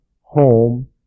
home